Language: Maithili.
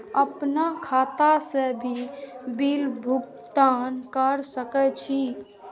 आपन खाता से भी बिल भुगतान कर सके छी?